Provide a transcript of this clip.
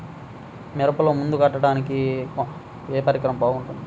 మిరపలో మందు కొట్టాడానికి ఏ పరికరం బాగుంటుంది?